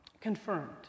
confirmed